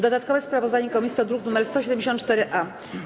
Dodatkowe sprawozdanie komisji to druk nr 174-A.